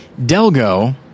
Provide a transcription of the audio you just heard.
Delgo